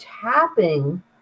tapping